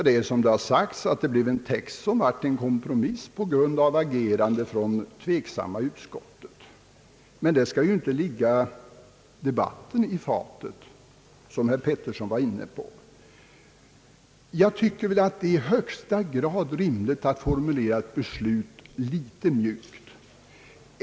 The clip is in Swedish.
Det har som sagt blivit en text, som utgör en kompromiss på grund av agerandet från det tveksamma utskottet. Det skall dock inte ligga debatten i fatet, något som herr Eric Gustaf Peterson var inne på. Jag tycker det vore i högsta grad rimligt att formulera ett beslut litet mjukt.